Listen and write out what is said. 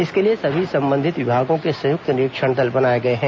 इसके लिए सभी संबंधित विभागों के संयुक्त निरीक्षण दल बनाए गए हैं